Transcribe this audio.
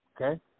Okay